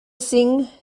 singh